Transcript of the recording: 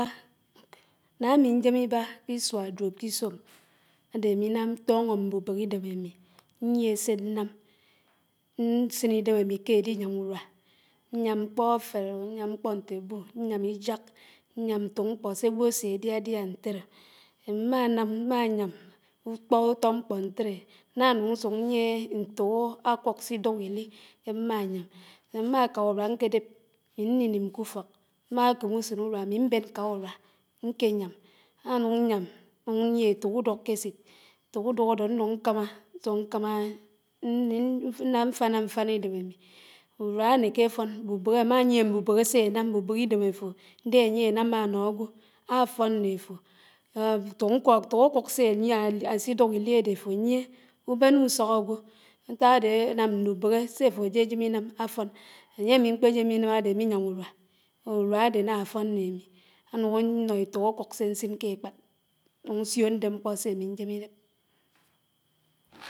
Nà àmi ñjém bá k'. isúá dúób k'isóm ádé áminàm ntóñó mbùbéhé ídém àmi, ñyié sé ñnàm, ñsin idémi ké édiyám ùrúá, ñyám ñtók mkpó sé ágwó àsé diàdiá ñtéré, mmà nám, mmá yàm ùtó mkpó ñtérè ná ñúñ ñsùk ñyiè ñfók àkùk sidùk ili ké mmà yám, sà mmá kà úrúà àmi mbèn ñkà ùrúá ñké yám, mmánúñ ñyàm, ñnùñ ñyiè éfók ùdúk k'ésid, éfók ùdúk ádó ñnuñ ñkóuná ñsùk ñkámá mfànà mfànà idèm ámi, úrúá ánékéfón, mbùbéhé, àmàyiè mbùbèhè sénám, mbúbéhé idém áfó, idè áyé ànámá ànó ágwó, áfón ñnèfó, éfók àkúk sé ányié sidúk ili àdè àfó yié úbéné ùsók ágwó, ñtàk ádé ánám ñnúbéhé séfó ájéjém inám áfón, ányémi mkpéjémi inám ádé ámi yám úrúá, úrúá ádé n'áfón ñné, ñnùñ ñsió ñdéb mkpó sémi ñjém idéb.